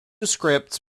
scripts